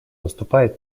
наступает